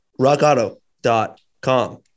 Rockauto.com